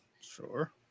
sure